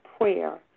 prayer